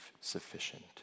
sufficient